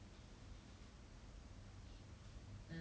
well ya one mill in ten years but he also broke bro